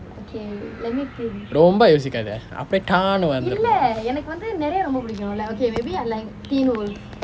ரொம்ப யோசிக்காத அப்படியே டான்னு வந்துரனும்:romba yosikkaathae appadiye daanu vanthuranum